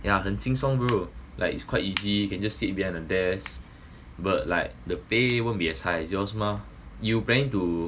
yeah 很轻松 bro like it's quite easy you can just sit behind the desk but like the pay won't be as high as yours mah you planning to